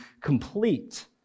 complete